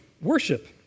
worship